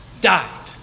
died